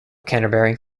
canterbury